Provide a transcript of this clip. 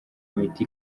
miti